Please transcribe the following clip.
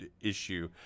issue